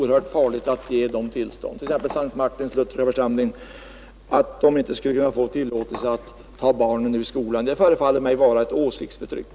Det är alltså så oerhört farligt att ge t.ex. Evangelisk Lutherska S:t Martins församling i Stockholm tillstånd till det. Detta förefaller mig vara åsiktsförtryck.